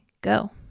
go